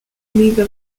league